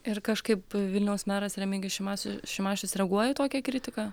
ir kažkaip vilniaus meras remigijus šimasiu šimašius reaguoja į tokią kritiką